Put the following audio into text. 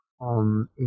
on